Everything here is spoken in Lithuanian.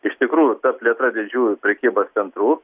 iš tikrųjų ta plėtra didžiųjų prekybos centrų